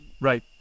Right